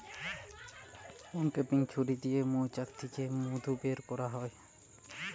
uncapping ছুরি দিয়ে মৌচাক থিকে মধু বের কোরা হয়